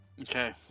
Okay